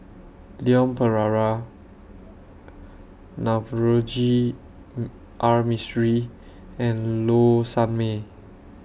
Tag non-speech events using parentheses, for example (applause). Leon Perera Navroji (hesitation) R Mistri and Low Sanmay